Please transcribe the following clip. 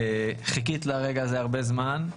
חיכית לרגע הזה הרבה זמן,